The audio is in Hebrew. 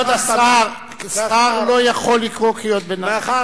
כבוד השר, שר לא יכול לקרוא קריאת ביניים.